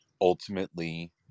ultimately